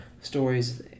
stories